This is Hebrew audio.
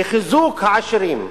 שחיזוק העשירים,